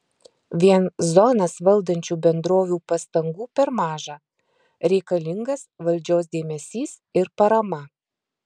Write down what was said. vien zonas valdančių bendrovių pastangų per maža reikalingas valdžios dėmesys ir parama